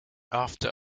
after